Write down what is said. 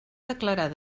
declarar